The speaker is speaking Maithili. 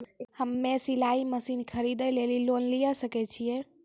हम्मे सिलाई मसीन खरीदे लेली लोन लिये सकय छियै?